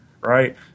Right